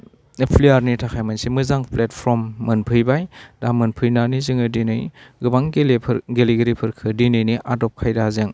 प्लेयारनि थाखाय मोनसे मोजां प्लेटफर्म मोनफैबाय दा मोनफैनानै जोङो दिनै गोबां गेलेफोर गेलेगिरिफोरखौ दिनैनि आदब खायदाजों